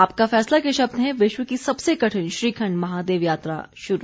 आपका फैसला के शब्द हैं विश्व की सबसे कठिन श्रीखंड महादेव यात्रा शुरू